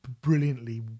brilliantly